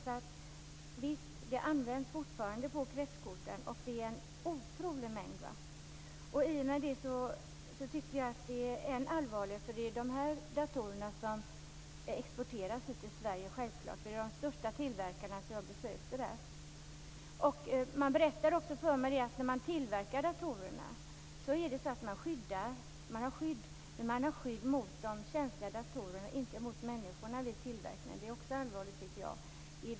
Ämnena används alltså fortfarande i kretskorten, och det handlar om en otrolig mängd. I och med detta är problemet än allvarligare, eftersom det naturligtvis är dessa datorer som exporteras hit till Sverige. Det var ju de största tillverkarna jag besökte. Man berättade också att när man tillverkar datorerna skyddar man själva de känsliga datorerna, inte människorna som sköter tillverkningen. Det tycker jag också är allvarligt.